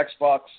Xbox